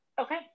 Okay